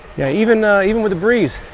yeah even even with a breeze,